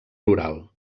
rural